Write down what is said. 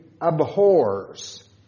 abhors